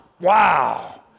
Wow